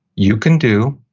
you can do,